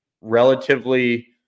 relatively